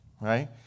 right